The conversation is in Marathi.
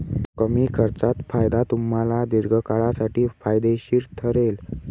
कमी खर्चात फायदा तुम्हाला दीर्घकाळासाठी फायदेशीर ठरेल